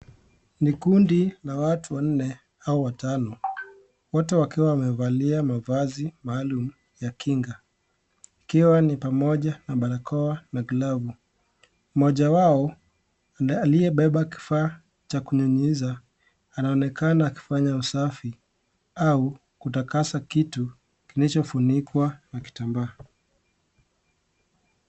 Ni kundi la watu wanne au watano, wote wakiwa wamevalia mavazi maalum ya kinga. Yakiwa ni pamoja na barakoa na glavu. Mmoja wao, aliyebeba kifaa cha kunyunyiza, anaonekana akifanya usafi au kutakaza kitu kilichofunikwa na kitambaa.